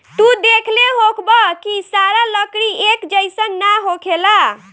तू देखले होखबऽ की सारा लकड़ी एक जइसन ना होखेला